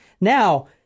now